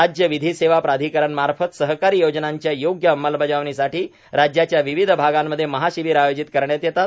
राज्य विधी सेवा प्राधिकरण मार्फत सरकारी योजनांच्या योग्य अंमलबजावणीसाठी राज्याच्या विविध भागांमध्ये महाशिबीर आयोजित करण्यात येतात